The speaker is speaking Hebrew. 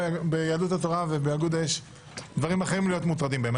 ביהדות התורה ובאגודה יש דברים אחרים להיות מוטרד בהם.